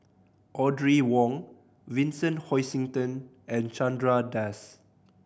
Audrey Wong Vincent Hoisington and Chandra Das